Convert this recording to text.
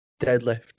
deadlift